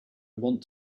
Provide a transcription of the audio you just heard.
want